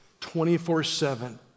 24-7